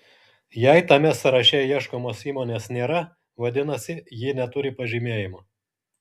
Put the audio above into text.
jei tame sąraše ieškomos įmonės nėra vadinasi ji neturi pažymėjimo